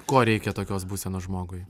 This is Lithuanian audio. ko reikia tokios būsenos žmogui